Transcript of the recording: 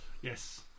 yes